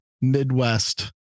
Midwest